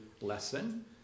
lesson